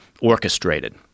orchestrated